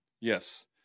Yes